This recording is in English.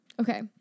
Okay